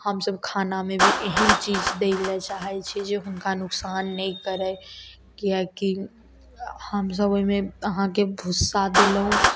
हमसभ खानामे भी एहन चीज दै लए चाहै छियै जे हुनका नुकसान नहि करै किएकि हमसभ ओहिमे अहाँके भूसा देलहुॅं